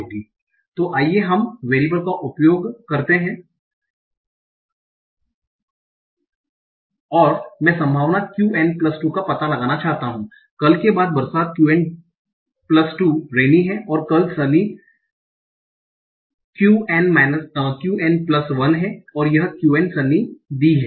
संदर्भ स्लाइड समय 1748 तो आइए हम वेरियबल का उपयोग करते हैं और मैं संभावना qn2 का पता लगाना चाहता हूं कल के बाद बरसात qn2 रैनी और कल सनी qn1 है यह qn सनी दी है